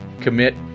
commit